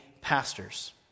pastors